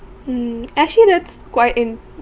mm actually that's quite in